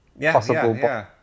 possible